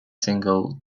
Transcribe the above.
single